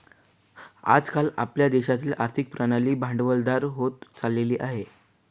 आज काल आपल्या देशाची आर्थिक प्रणाली भांडवलदार होत चालली आहे